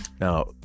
now